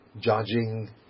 judging